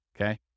Okay